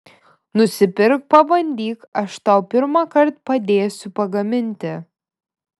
nusipirk pabandyk aš tau pirmąkart padėsiu pagaminti